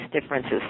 differences